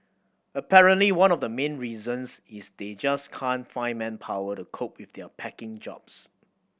apparently one of the main reasons is they just can't find manpower to cope with their packing jobs